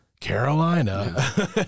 Carolina